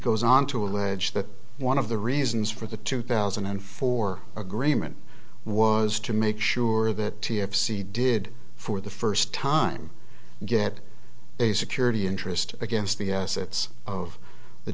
goes on to allege that one of the reasons for the two thousand and four agreement was to make sure that if c did for the first time get a security interest against the assets of the